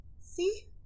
See